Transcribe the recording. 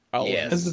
Yes